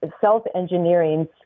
self-engineering